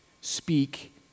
Speak